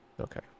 okay